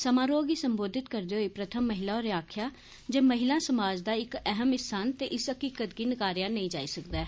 समारोह् गी संबोधत करदे होई प्रथम महिला होरें आक्खेआ जे महिलां समाज दा इक अहम हिस्सा न ते इस हकीकत गी नकारेआ नेई जाई सकदा ऐ